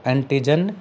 Antigen